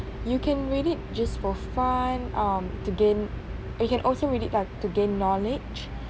you can read it just for fun um to gain you can also read it lah to gain knowledge